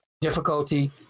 difficulty